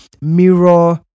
mirror